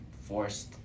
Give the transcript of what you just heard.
forced